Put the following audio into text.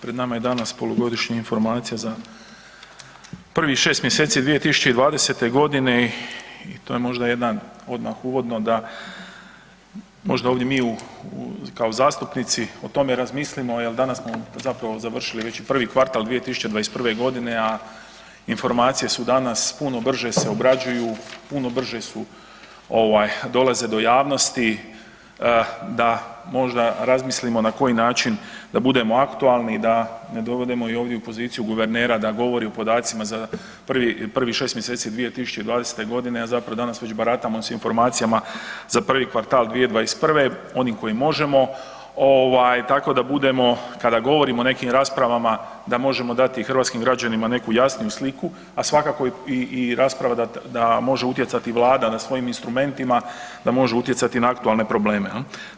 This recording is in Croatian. Pred nama je danas Polugodišnja informacija za prvih 6 mjeseci 2020. godine i to je možda jedan uvodno da, možda ovdje mi kao zastupnici o tome razmislimo, jer danas smo zapravo završili već i prvi kvartal 2021. godine, a informacije su danas puno brže se obrađuju, puno brže su, dolaze do javnosti, da možda razmislimo na koji način da budemo aktualni, i da ne dovodimo ovdje u poziciju guvernera da govori o podacima za prvih 6 mjeseci 2020. godine, a zapravo danas već baratamo sa informacijama za prvi kvartal 2021. oni kojim možemo, tako da budemo, kada govorimo o nekim raspravama da možemo dati i hrvatskim građanima neku jasniju sliku, a svakako i rasprava da, da može utjecati i vlada na svojim instrumentima, da može utjecati na aktualne probleme, jel.